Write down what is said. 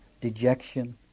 dejection